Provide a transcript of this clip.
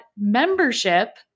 membership